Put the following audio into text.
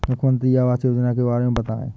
मुख्यमंत्री आवास योजना के बारे में बताए?